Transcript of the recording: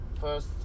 first